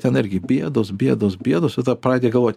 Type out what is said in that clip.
ten irgi bėdos bėdos bėdos tada pradedi galvot